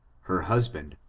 her husband,